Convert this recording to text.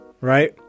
right